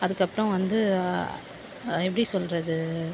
அதற்கப்புறம் வந்து எப்படி சொல்லுறது